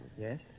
Yes